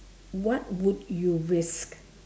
what would you risk